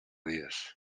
dies